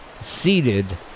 seated